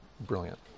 brilliant